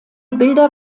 bilder